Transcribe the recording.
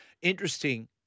Interesting